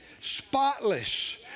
spotless